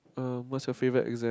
er what's your favourite exam